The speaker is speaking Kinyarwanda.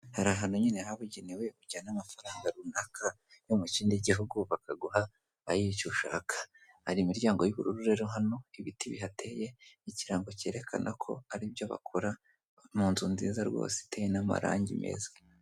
Hari ahantu nyine habugenewe ujyana amafaranga runaka yo mu kindi gihugu bakaguha ayicyo ushaka hari imiryango y'ubururure hano ibiti bihateye n' ikirango cyerekana ko ari byo bakora baba mu nzu nziza rwose iteyewe n'amarangi meza.